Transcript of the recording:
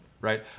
right